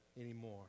anymore